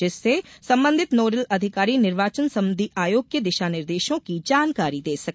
जिससे संबंधित नोडल अधिकारी निर्वाचन संबंधी आयोग के दिशा निर्देशों की जानकारी दे सके